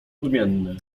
odmienny